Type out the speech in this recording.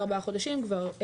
מתוכו.